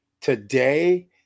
today